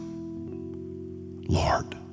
Lord